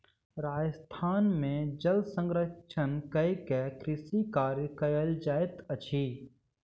राजस्थान में जल संरक्षण कय के कृषि कार्य कयल जाइत अछि